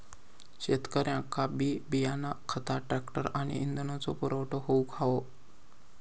शेतकऱ्यांका बी बियाणा खता ट्रॅक्टर आणि इंधनाचो पुरवठा होऊक हवो